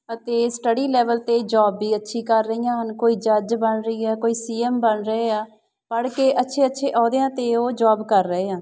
ਅਤੇ study level 'ਤੇ job ਵੀ ਅੱਛੀ ਕਰ ਰਹੀਆਂ ਹਨ ਕੋਈ ਜੱਜ ਬਣ ਰਹੀ ਆ ਕੋਈ ਸੀ ਐੱਮ ਬਣ ਰਹੇ ਆ ਪੜ੍ਹ ਕੇ ਅੱਛੇ ਅੱਛੇ ਅਹੁਦਿਆਂ 'ਤੇ ਉਹ ਜੋਬ ਕਰ ਰਹੇ ਹਾਂ